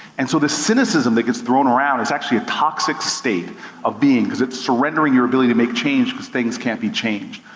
and so the cynicism that gets thrown around is actually a toxic state of being, cuz it's surrendering your ability to make change cuz things can't be changed.